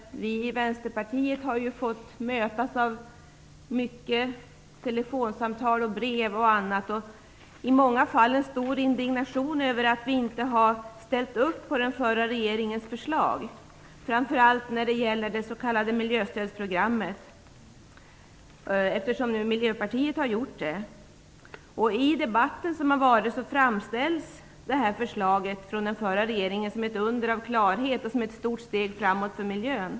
Vi i Vänsterpartiet har fått många telefonsamtal och brev. I många fall möter vi en stor indignation över att vi inte har ställt upp på den förra regeringens förslag, framför allt när det gäller det s.k. miljöstödsprogrammet, eftersom nu Miljöpartiet gjort det.I den tidigare debatten har förslaget från den förra regeringen framställts som ett under av klarhet och som ett stort steg framåt för miljön.